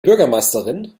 bürgermeisterin